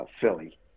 Philly